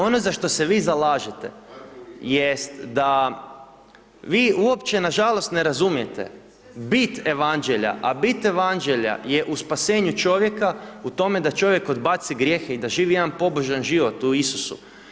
Ono za što se vi zalažete jest da vi uopće nažalost ne razumijete nit Evanđelja, a bit Evanđelja je u spasenju čovjeka, u tome da čovjek odbaci grijehe i da živi jedan pobožan život u Isusu.